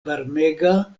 varmega